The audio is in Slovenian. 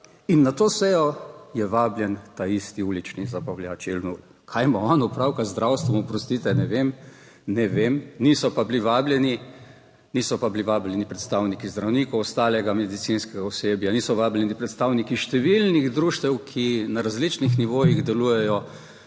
In na to sejo je vabljen ta isti ulični zabavljač Jenull. Kaj ima on opravka z zdravstvom, oprostite, ne vem, ne vem, niso pa bili vabljeni, niso pa bili vabljeni predstavniki zdravnikov, ostalega medicinskega osebja, niso vabljeni predstavniki številnih društev, ki na različnih nivojih delujejo